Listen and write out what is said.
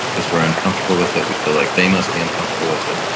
because we're uncomfortable with it, we feel like they must be uncomfortable with it.